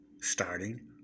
starting